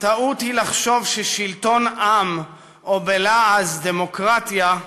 "טעות היא לחשוב ששלטון-עם, או בלעז, 'דמוקרטיה',